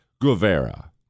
Guevara